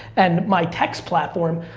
and my text platform,